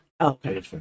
Okay